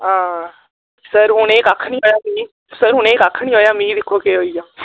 आं सर उनें ईज्ञ कक्ख निं होया मिगी सर उनेंगी कक्ख निं होया मिगी दिक्खो केह् होइया